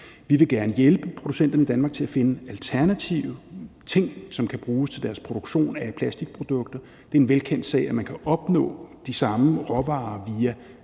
Vi vil gerne hjælpe producenterne i Danmark til at finde alternative ting, som kan bruges til deres produktion af plastikprodukter. Det er en velkendt sag, at man kan opnå de samme råvarer via